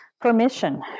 permission